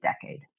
decade